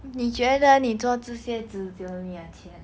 你觉得你做这些值得你的钱